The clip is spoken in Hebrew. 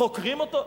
חוקרים אותו?